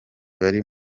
bari